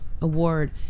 award